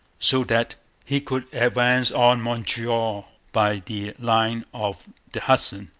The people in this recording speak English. so that he could advance on montreal by the line of the hudson,